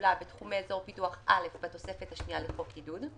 כלולה בתחומי אזור פיתוח א' בתוספת השנייה לחוק עידוד,